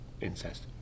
incest